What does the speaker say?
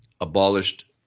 abolished